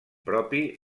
propi